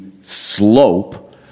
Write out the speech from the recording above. slope